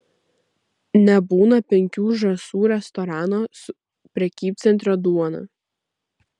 nebūna penkių žąsų restorano su prekybcentrio duona